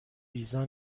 ویزا